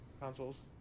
consoles